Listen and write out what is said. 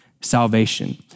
salvation